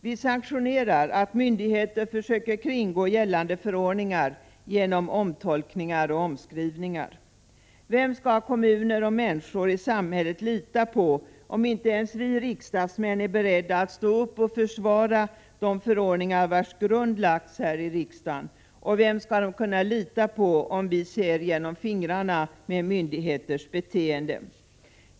Vi sanktionerar att myndigheter försöker kringgå gällande förordningar genom omtolkningar och omskrivningar. Vem skall kommuner och människor i samhället lita på, om inte ens vi riksdagsmän är beredda att stå upp och försvara de förordningar vilkas grund lagts här i riksdagen? Vem skall de kunna lita på, om vi ser genom fingrarna med myndigheters beteende?